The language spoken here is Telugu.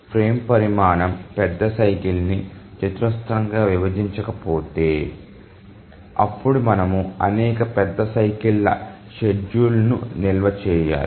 ఫ్రేమ్ పరిమాణం పెద్ద సైకిల్ ని చతురస్రంగా విభజించకపోతే అప్పుడు మనము అనేక పెద్ద సైకిల్ ల షెడ్యూల్ను నిల్వ చేయాలి